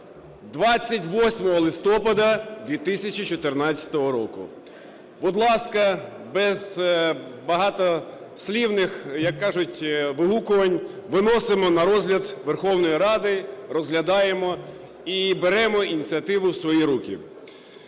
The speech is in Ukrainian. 28 листопада 2014 року. Будь ласка, без багатослівних, як кажуть, вигукувань виносимо на розгляд Верховної Ради. Розглядаємо і беремо ініціативу в свої руки.